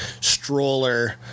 stroller